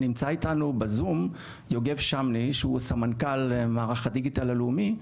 נמצא איתנו בזום יוגב שמלי שהוא סמנכ"ל מערך הדיגיטל הלאומי,